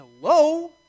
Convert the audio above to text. Hello